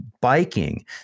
biking